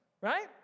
right